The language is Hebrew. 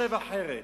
חושב אחרת.